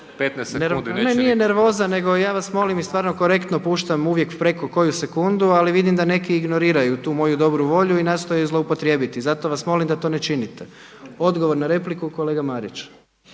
15 sekunde neće nikom./… Ne nije nervoza, nego ja vas molim i stvarno korektno puštam uvijek preko koju sekundu, ali vidim da neki ignoriraju tu moju dobru volju i nastoje je zloupotrijebiti. I zato vas molim da to ne činite. Odgovor na repliku, kolega Marić.